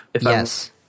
Yes